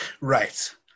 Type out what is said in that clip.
right